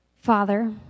Father